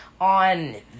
on